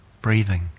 breathing